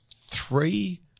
three